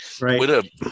Right